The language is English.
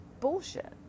bullshit